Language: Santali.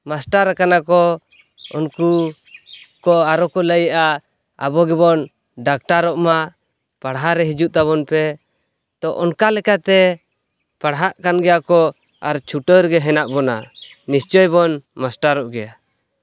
ᱢᱟᱥᱴᱟᱨ ᱟᱠᱟᱱᱟᱠᱚ ᱩᱱᱠᱚ ᱠᱚ ᱟᱨᱚᱠᱚ ᱞᱟᱹᱭᱮᱜᱼᱟ ᱟᱵᱚᱜᱮᱵᱚᱱ ᱰᱟᱠᱛᱟᱨᱚᱜ ᱢᱟ ᱯᱟᱲᱦᱟᱜᱨᱮ ᱦᱤᱡᱩᱜ ᱛᱟᱵᱚᱱᱯᱮ ᱛᱚ ᱚᱱᱠᱟ ᱞᱮᱠᱟᱛᱮ ᱯᱟᱲᱦᱟᱜᱠᱟᱱ ᱜᱮᱭᱟᱠᱚ ᱟᱨ ᱪᱷᱩᱴᱟᱹᱣ ᱨᱮᱜᱮ ᱦᱮᱱᱟᱜ ᱵᱚᱱᱟ ᱱᱤᱥᱪᱚᱭᱵᱚᱱ ᱢᱟᱥᱴᱟᱨᱚᱜ ᱜᱮᱭᱟ